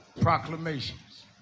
proclamations